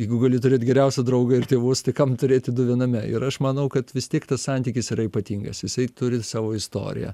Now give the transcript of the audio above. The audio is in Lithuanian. jeigu gali turėt geriausią draugą ir tėvus tai kam turėti du viename ir aš manau kad vis tiek tas santykis yra ypatingas jisai turi savo istoriją